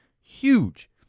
Huge